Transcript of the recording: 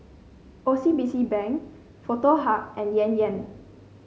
O C B C Bank Foto Hub and Yan Yan